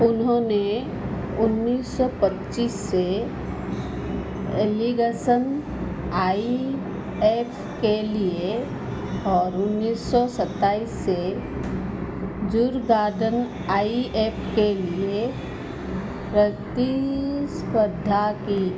उन्होंने उन्नीस सौ पच्चीस से एलिंगसन आई एफ के लिए और उन्नीस सौ सत्ताईस से जुरगार्डन आई एफ के लिए प्रतिस्पर्धा की